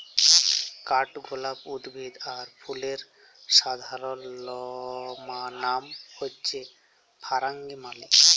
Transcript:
কাঠগলাপ উদ্ভিদ আর ফুলের সাধারণলনাম হচ্যে ফারাঙ্গিপালি